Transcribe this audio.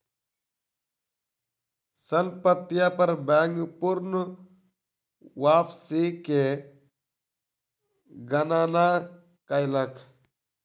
संपत्ति पर बैंक पूर्ण वापसी के गणना कयलक